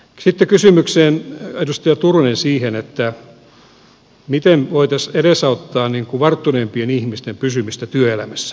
sitten kysymykseen edustaja turunen siitä miten voitaisiin edesauttaa varttuneempien ihmisten pysymistä työelämässä